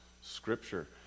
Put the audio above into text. Scripture